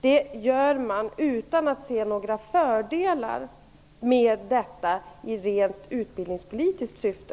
Det gör man utan att se några fördelar med detta i rent utbildningspolitiskt syfte.